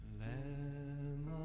lemon